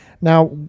now